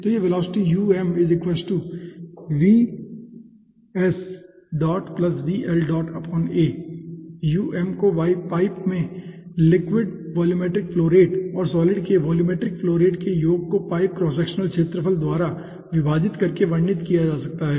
तो यह वेलोसिटी को पाइप में लिक्विड वोलूमेट्रिक फ्लो रेट और सॉलिड के वोलूमेट्रिक फ्लो रेट के योग को पाइप क्रॉस सेक्शनल क्षेत्रफल द्वारा विभाजित करके वर्णित किया जा सकता है